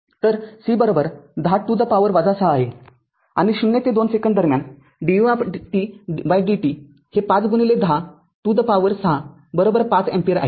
तर c १० to the power ६ आहे आणि ० ते २ सेकंद दरम्यान dvdt हे ५१० to the power ६ ५ एम्पीअर आहे